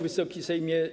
Wysoki Sejmie!